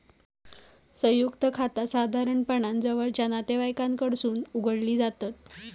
संयुक्त खाता साधारणपणान जवळचा नातेवाईकांकडसून उघडली जातत